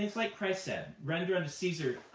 like christ said, render under caesar